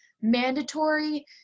mandatory